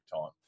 time